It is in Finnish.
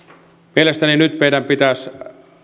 mielestäni nyt meidän pitäisi